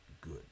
good